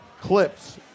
clips